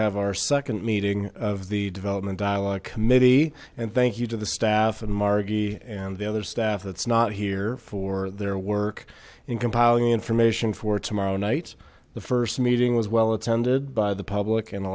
have our second meeting of the development dialogue committee and thank you to the staff and marque and the other staff that's not here for their work in compiling the information for tomorrow night the first meeting was well attended by the public and a